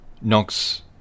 knocks